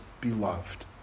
beloved